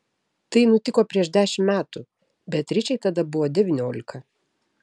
tai nutiko prieš dešimt metų beatričei tada buvo devyniolika